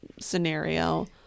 scenario